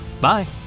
Bye